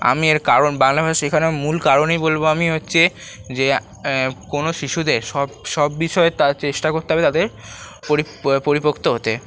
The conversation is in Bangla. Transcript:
আমি এর কারণ বাংলা ভাষা শেখানোর মূল কারণই বলবো আমি হচ্ছে যে কোনো শিশুদের সব সব বিষয়ে চেষ্টা করতে হবে তাদের পরিপোক্ত হতে